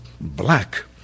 Black